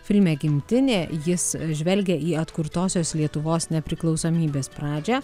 filme gimtinė jis žvelgia į atkurtosios lietuvos nepriklausomybės pradžią